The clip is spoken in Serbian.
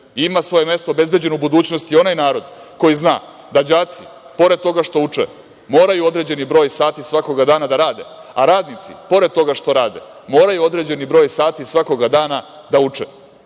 ima svoje mesto obezbeđeno u budućnosti onaj narod koji zna da đaci pored toga što uče moraju određeni broj sati svakoga dana da rade, a radnici pored toga što rade moraju određeni broj sati svakoga dana da uče.